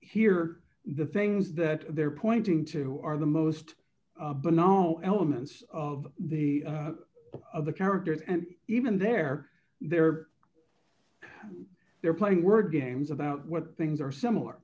here the things that they're pointing to are the most banal elements of the of the characters and even they're there they're playing word games about what things are similar